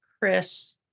Chris